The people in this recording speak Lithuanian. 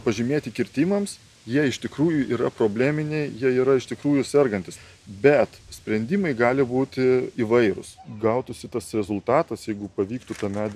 pažymėti kirtimams jie iš tikrųjų yra probleminiai jie yra iš tikrųjų sergantys bet sprendimai gali būti įvairūs gautųsi tas rezultatas jeigu pavyktų tą medį